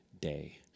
day